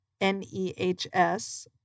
NEHS